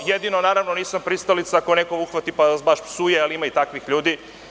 Jedino, naravno nisam pristalica ako nekog uhvati pa vas baš psuje ali ima i takvih ljudi.